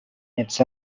its